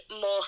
more